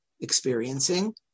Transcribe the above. experiencing